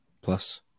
plus